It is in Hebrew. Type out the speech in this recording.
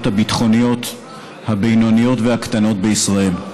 הביטחוניות הבינוניות והקטנות בישראל.